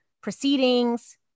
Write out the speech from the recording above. proceedings